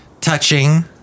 Touching